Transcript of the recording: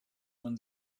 when